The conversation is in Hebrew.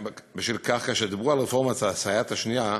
בשל כך, כאשר דיברו על רפורמת הסייעת השנייה,